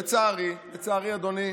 לצערי, אדוני,